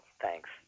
Thanks